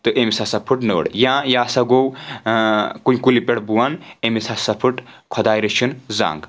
تہٕ أمِس ہسا پھٕٹ نٔر یا یہِ ہسا گوٚو کُنہِ کُلہِ پؠٹھ بۄن أمِس ہسا پھٕٹ خۄداے رٔچھِن زنٛگ